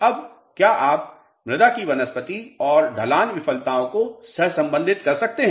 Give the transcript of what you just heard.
अब क्या आप मृदा की वनस्पति और ढलान विफलताओं को सहसंबंधित कर सकते हैं